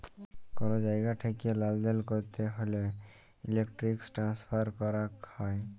call জায়গা ঠেকিয়ে লালদেল ক্যরতে হ্যলে ইলেক্ট্রনিক ট্রান্সফার ক্যরাক হ্যয়